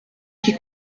qui